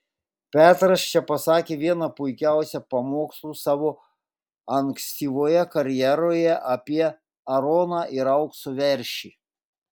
petras čia pasakė vieną puikiausių pamokslų savo ankstyvoje karjeroje apie aaroną ir aukso veršį